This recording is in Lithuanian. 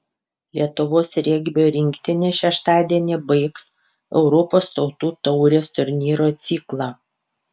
lietuvos regbio rinktinė šeštadienį baigs europos tautų taurės turnyro ciklą